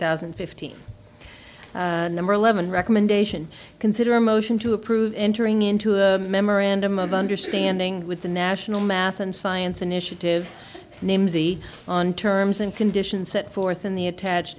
thousand and fifteen number eleven recommendation consider a motion to approve entering into a memorandum of understanding with the national math and science initiative names on terms and conditions set forth in the attach